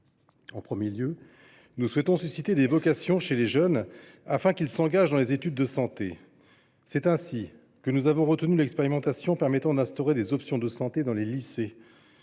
En premier lieu, nous souhaitons susciter des vocations chez les jeunes, afin qu’ils s’engagent dans les études de santé. C’est ainsi que nous avons retenu l’expérimentation permettant d’instaurer des options de santé dans les lycées.